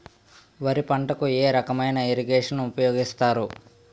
వరి పంటకు ఏ రకమైన ఇరగేషన్ ఉపయోగిస్తారు?